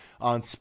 on